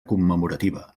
commemorativa